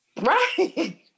Right